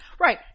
Right